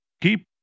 Keep